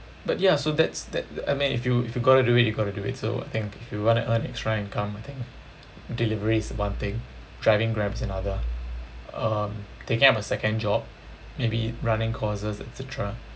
but ya so that's that I mean if you if you got to do it you got to to do it so I think if you want to earn extra income I think delivery is one thing driving Grab is another um taking up a second job maybe running courses et cetera